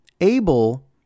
Abel